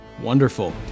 Wonderful